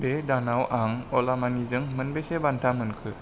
बे दानाव आं अ'ला मानिजों मोनबेसे बान्था मोनखो